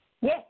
Yes